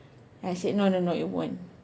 then I said no no no it won't